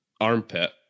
armpit